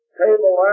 table